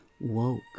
woke